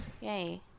yay